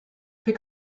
pick